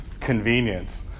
convenience